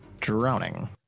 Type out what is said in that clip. drowning